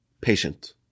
patient